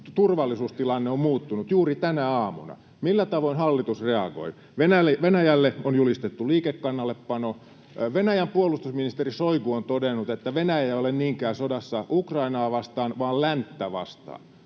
turvallisuustilanne on muuttunut, juuri tänä aamuna. Millä tavoin hallitus reagoi? Venäjälle on julistettu liikekannallepano. Venäjän puolustusministeri Šoigu on todennut, että Venäjä ei ole niinkään sodassa Ukrainaa vastaan vaan länttä vastaan.